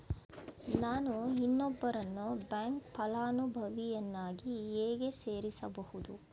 ನಾನು ಇನ್ನೊಬ್ಬರನ್ನು ಬ್ಯಾಂಕ್ ಫಲಾನುಭವಿಯನ್ನಾಗಿ ಹೇಗೆ ಸೇರಿಸಬಹುದು?